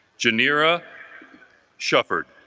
genera shepard